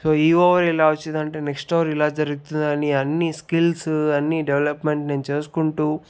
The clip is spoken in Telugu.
సో ఈ ఓవర్ ఇలా వచ్చిందంటే నెక్స్ట్ ఓవర్ ఇలా జరుగుతుందని అన్నీ స్కిల్సు అన్నీ డెవలప్మెంట్ నేను చేసుకుంటూ